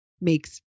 makes